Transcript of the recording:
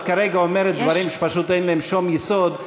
את כרגע אומרת דברים שפשוט אין להם שום יסוד,